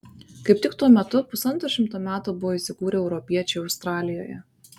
kaip tik tuo metu pusantro šimto metų buvo įsikūrę europiečiai australijoje